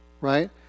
Right